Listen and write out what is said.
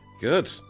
Good